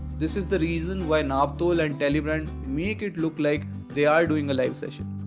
this is the reason why naptol and telebrand make it look like they are doing a live session.